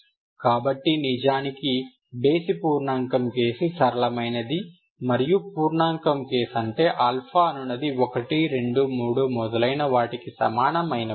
కాబట్టి నిజానికి బేసి పూర్ణాంకం కేసు సరళమైనది మరియు పూర్ణాంకం కేస్ అంటే ఆల్ఫా అనునది 123 మొదలైన వాటికి సమానం అయినప్పుడు